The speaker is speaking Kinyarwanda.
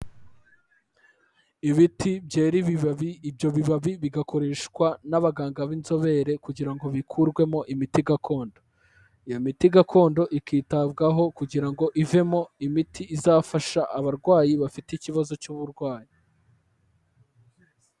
Ibiti byera ibibabi, ibyo bibabi bigakoreshwa n'abaganga b'inzobere kugira ngo bikurwemo imiti gakondo. Iyo miti gakondo ikitabwaho kugira ngo ivemo imiti izafasha abarwayi bafite ikibazo cy'uburwayi.